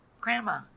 Grandma